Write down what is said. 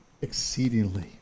exceedingly